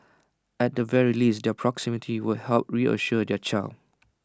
at the very least their proximity would help reassure their child